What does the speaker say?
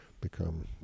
become